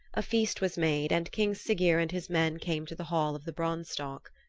a feast was made and king siggeir and his men came to the hall of the branstock.